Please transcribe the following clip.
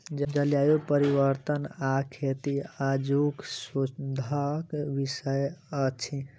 जलवायु परिवर्तन आ खेती आजुक शोधक विषय अछि